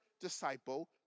disciple